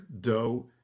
dough